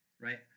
right